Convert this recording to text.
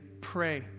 Pray